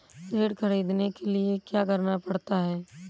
ऋण ख़रीदने के लिए क्या करना पड़ता है?